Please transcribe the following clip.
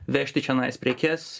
vežti čionais prekes